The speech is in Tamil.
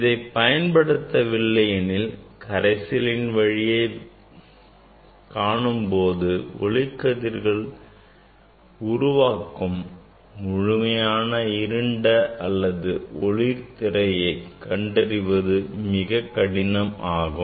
இதை பயன்படுத்தவில்லை எனில் கரைசலின் வழியே காணும்போது ஒளிக்கதிர்கள் உருவாக்கும் முழுமையான இருண்ட அல்லது ஒளிர் திரையை கண்டறிவது மிகவும் கடினம் ஆகும்